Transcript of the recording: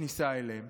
בכניסה אליהם.